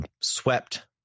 swept